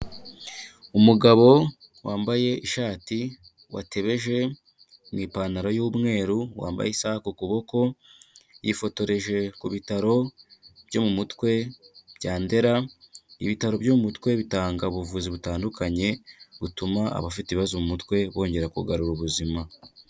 Umugabo wambaye ishati watebeje mu ipantaro y'umweru wambaye isaha ku kuboko, yifotoreje ku bitaro byo mu mutwe bya Ndera, ibitaro byo mu mutwe bitanga ubuvuzi butandukanye butuma abafite ibibazo mu mutwe bongera kugarura ubuzima.